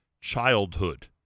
Childhood